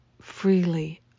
freely